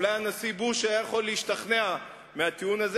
אולי הנשיא בוש היה יכול להשתכנע מהטיעון הזה,